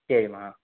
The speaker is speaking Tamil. சரிமா